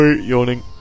yawning